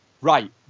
right